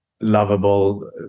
lovable